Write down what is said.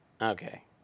Okay